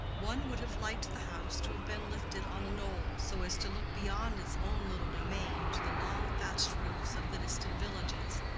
one would have liked the house to have been lifted on a knoll, so as to look beyond its own little domain to the long thatched roofs of the distant villages,